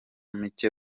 micye